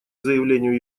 заявлению